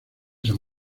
san